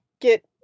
get